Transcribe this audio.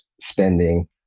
spending